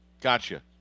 Gotcha